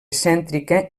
cèntrica